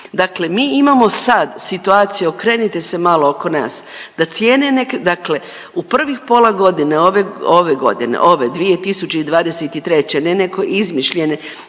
Dakle mi imamo sad situaciju, okrenite se malo oko nas, da cijene nekre…, dakle u prvih pola godine ove, ove godine, ove 2023., ne neke izmišljene